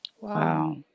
Wow